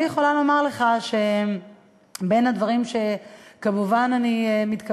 אני יכולה לומר לך שבין הדברים שאני מתכוונת,